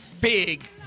big